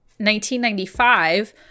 1995